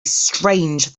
strange